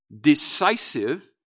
decisive